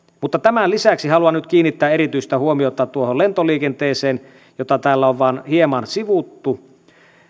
mutta tämän lisäksi haluan nyt kiinnittää erityistä huomiota lentoliikenteeseen jota täällä on vain hieman sivuttu